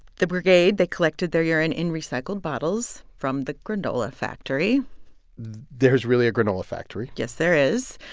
the brigade they collected their urine in recycled bottles from the granola factory there's really a granola factory yes, there is.